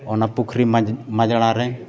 ᱚᱱᱟ ᱯᱩᱠᱷᱨᱤ ᱢᱟᱡᱽᱲᱟ ᱨᱮ